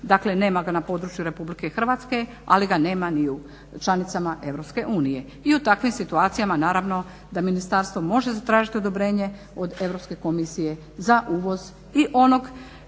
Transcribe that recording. dakle nema ga na području RH ali ga nema ni u članicama EU. I u takvim situacijama naravno da ministarstvo može zatražiti odobrenje od Europske komisije za uvoz i onog